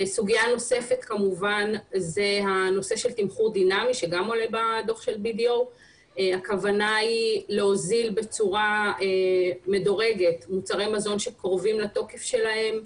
סוגיה נוספת היא הנושא של תמחור דינמי שגם עולה בדוח של BDO. הכוונה היא להוזיל בצורה מדורגת מוצרי מזון שקרובים לתוקף שלהם.